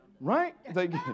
Right